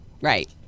right